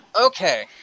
Okay